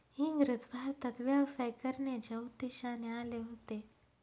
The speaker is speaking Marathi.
इंग्रज भारतात व्यवसाय करण्याच्या उद्देशाने आले होते